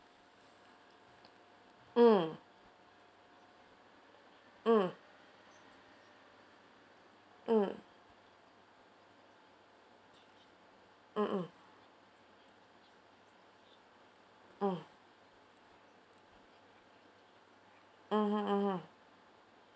mm mm mm mmhmm mm mmhmm mmhmm